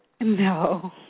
No